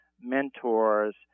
mentors